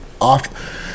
off